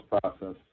process